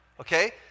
Okay